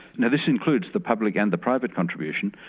now this includes the public and the private contribution.